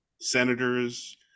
senators